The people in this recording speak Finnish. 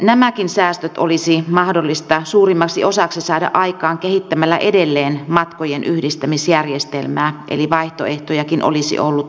nämäkin säästöt olisi mahdollista suurimmaksi osaksi saada aikaan kehittämällä edelleen matkojen yhdistämisjärjestelmää eli vaihtoehtojakin olisi ollut olemassa